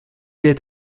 est